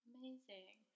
Amazing